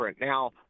Now